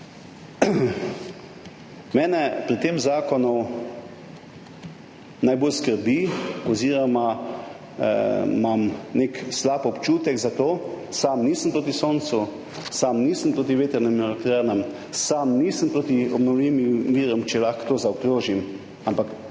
mene pri tem zakonu najbolj skrbi oziroma imam nek slab občutek, sam nisem proti soncu, sam nisem proti vetrnim elektrarnam, sam nisem proti obnovljivim virom, če lahko to zaokrožim,